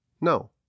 No